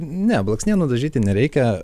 ne blakstienų dažyti nereikia